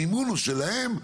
המימון הוא שלהם,